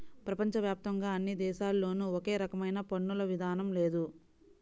ప్రపంచ వ్యాప్తంగా అన్ని దేశాల్లోనూ ఒకే రకమైన పన్నుల విధానం లేదు